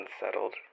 unsettled